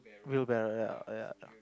wheelbarrow ya ya